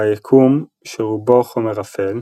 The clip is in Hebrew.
ביקום שרובו חומר אפל,